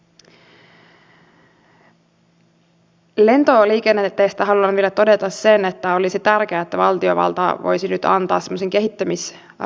ja mitä tulee edustaja ville niinistö näihin sivistysporvareihin niin toivon että heillä on mahdollisuus tutustua näihin teidän tviitteihinne että millainen sivistyspuolue se vihreät oikein on